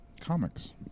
Comics